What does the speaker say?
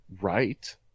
Right